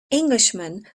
englishman